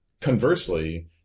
conversely